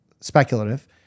speculative